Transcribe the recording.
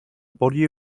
body